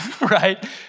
right